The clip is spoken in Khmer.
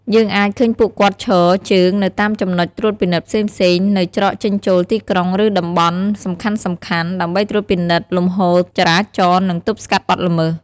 យើងអាចឃើញពួកគាត់ឈរជើងនៅតាមចំណុចត្រួតពិនិត្យផ្សេងៗនៅច្រកចេញចូលទីក្រុង ឬតំបន់សំខាន់ៗ ដើម្បីត្រួតពិនិត្យលំហូរចរាចរណ៍ និងទប់ស្កាត់បទល្មើស។